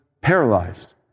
paralyzed